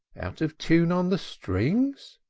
out of tune on the strings?